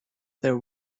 their